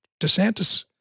DeSantis